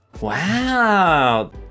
Wow